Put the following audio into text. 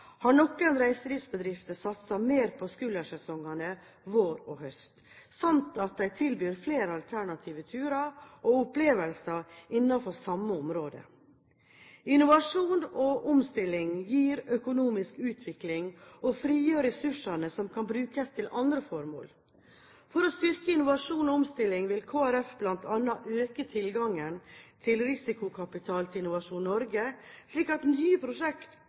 mer på skuldersesongene vår og høst samt at de tilbyr flere alternative turer og opplevelser innenfor samme område. Innovasjon og omstilling gir økonomisk utvikling og frigjør ressurser som kan brukes til andre formål. For å styrke innovasjon og omstilling vil Kristelig Folkeparti bl.a. øke tilgangen til risikokapital til Innovasjon Norge, slik at nye prosjekt